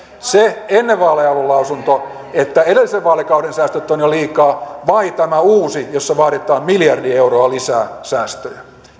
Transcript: se ennen vaaleja ollut lausunto että edellisen vaalikauden säästöt ovat jo liikaa vai tämä uusi jossa vaaditaan miljardi euroa lisää säästöjä